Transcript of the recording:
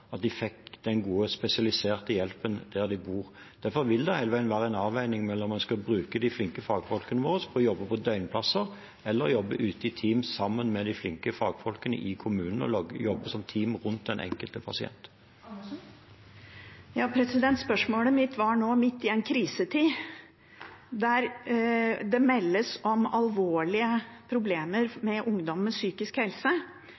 at de fikk den gode, spesialiserte hjelpen der de bor. Derfor vil det hele veien være en avveining om vi skal bruke de flinke fagfolkene våre til å jobbe på døgnplasser eller til å jobbe ute i team, sammen med flinke fagfolkene i kommunene og som team rundt den enkelte pasient. Karin Andersen – til oppfølgingsspørsmål. Spørsmålet mitt gjaldt nå, midt i en krisetid, når det meldes om alvorlige problemer med ungdom knyttet til psykisk helse.